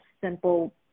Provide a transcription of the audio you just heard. simple